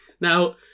Now